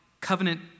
covenant